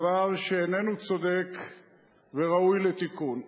דבר שאיננו צודק וראוי לתיקון.